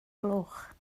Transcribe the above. gloch